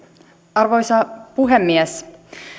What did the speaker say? arvoisa puhemies